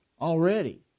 already